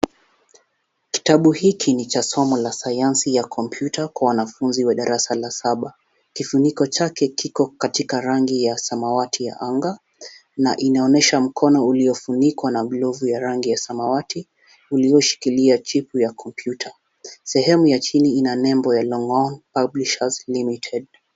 Kitabu hiki ni cha somo la sayansi ya kompyuta kwa wanafunzi wa darasa la saba. Kifuniko chake kiko katika rangi ya samawati ya anga, na inaonyesha mkono uliofunikwa na glovu ya rangi ya samawati, ulioshikilia chipu ya kompyuta. Sehemu ya chini ina nembo ya Longhorn Publishers Limited.